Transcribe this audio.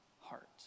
heart